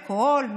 אלכוהול,